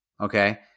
Okay